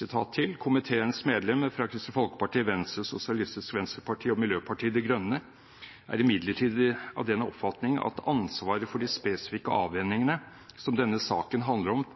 sitat til: «Komiteens medlemmer fra Kristelig Folkeparti, Venstre, Sosialistisk Venstreparti og Miljøpartiet De Grønne er imidlertid av den oppfatning at ansvaret for de spesifikke avhendingene som denne saken handler om,